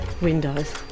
windows